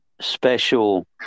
special